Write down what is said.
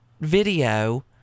video